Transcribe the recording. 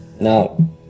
Now